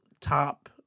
top